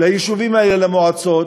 ליישובים האלה, למועצות.